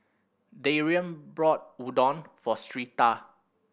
Darian bought Udon for Syreeta